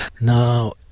Now